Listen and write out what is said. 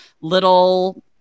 little